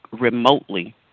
remotely